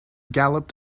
galloped